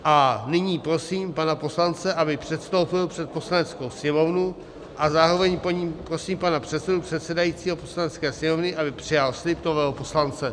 A nyní prosím pana poslance, aby předstoupil před Poslaneckou sněmovnu, a zároveň prosím pana předsedu předsedajícího Poslanecké sněmovny, aby přijal slib nového poslance.